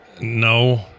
No